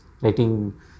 writing